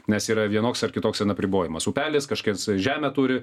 nes yra vienoks ar kitoks ten apribojimas upelis kažkas žemę turi